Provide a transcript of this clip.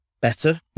better